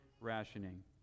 rationing